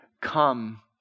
come